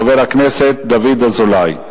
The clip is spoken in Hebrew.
חבר הכנסת דוד אזולאי.